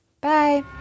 Bye